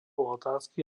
otázky